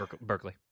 berkeley